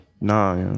Nah